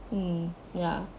mm ya